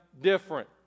different